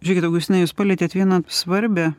žiūrėkit augustinai jūs palietėt vieną svarbią